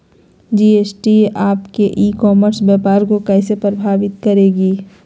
GST आपके e commerce व्यापार को कैसे प्रभावित करेगी?